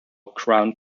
crown